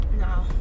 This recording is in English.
No